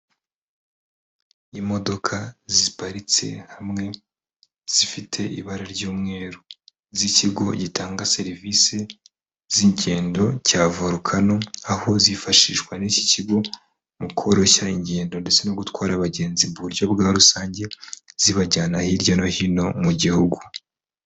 Imodoka ziparitse hamwe zifite ibara ry'umweru z'ikigo gitanga serivisi z'ingendo cya volukano, aho zifashishwa n'iki kigo mu koroshya ingendo ndetse no gutwara abagenzi mu buryo bwa rusange, zibajyana hirya no hino mu gihugu.